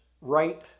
right